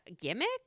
gimmick